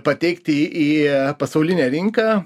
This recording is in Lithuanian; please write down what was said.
pateikti į pasaulinę rinką